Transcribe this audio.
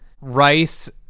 Rice